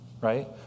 right